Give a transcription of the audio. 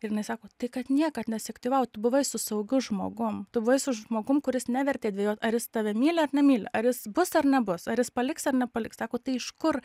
ir jinai sako tai kad niekad nesiaktyvavo tu buvai su saugiu žmogum tu buvai su žmogum kuris nevertė dvejot ar jis tave myli ar nemyli ar jis bus ar nebus ar jis paliks ar nepaliks sako tai iš kur